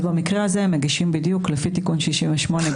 אז במקרה הזה הם מגישים בדיוק לפי תיקון 68 את